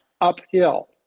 uphill